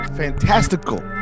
Fantastical